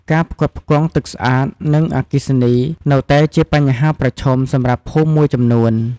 ការផ្គត់ផ្គង់ ទឹកស្អាត និងអគ្គិសនី នៅតែជាបញ្ហាប្រឈមសម្រាប់ភូមិមួយចំនួន។